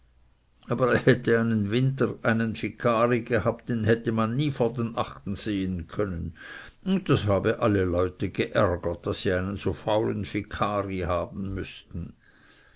hätte einen winter einen vikari gehabt den hätte man vor den achten nie sehen können und das habe alle leute geärgert daß sie so einen faulen vikari haben müßten